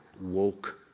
woke